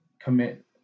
commit